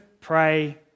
Pray